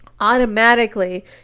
automatically